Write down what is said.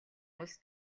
улс